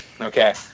Okay